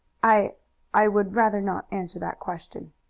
i i would rather not answer that question.